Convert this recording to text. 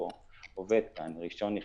ראשון נכנס,